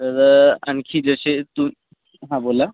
तर आणखी जसे तू हां बोला